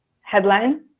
headline